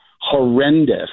horrendous